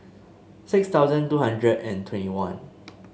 six thousand two hundred and twenty one